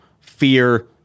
fear